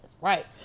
right